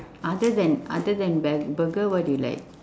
other than other than bu~ burger what do you like